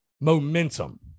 momentum